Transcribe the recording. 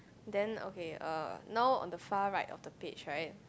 then okay uh now on the far right of the page right